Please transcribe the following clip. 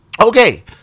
Okay